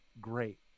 great